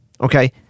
okay